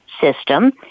system